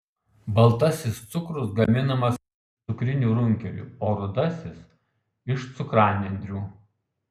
baltasis cukrus gaminamas iš cukrinių runkelių o rudasis iš cukranendrių